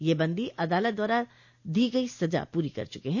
यह बंदी अदालत द्वारा दी गई सज़ा पूरी कर चुके हैं